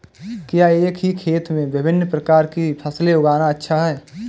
क्या एक ही खेत में विभिन्न प्रकार की फसलें उगाना अच्छा है?